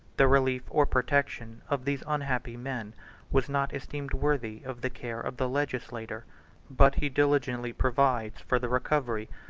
the relief or protection of these unhappy men was not esteemed worthy of the care of the legislator but he diligently provides for the recovery,